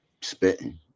spitting